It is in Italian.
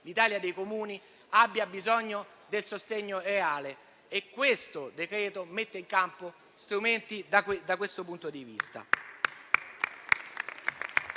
l'Italia dei Comuni abbia bisogno di un sostegno reale e il decreto mette in campo strumenti da questo punto di vista.